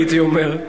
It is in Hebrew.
הייתי אומר.